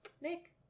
Nick